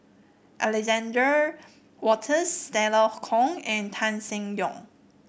Alexander Wolters Stella Kon and Tan Seng Yong